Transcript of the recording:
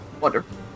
wonderful